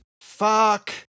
Fuck